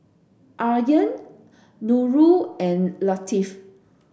Aryan Nurul and Latif